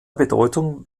bedeutung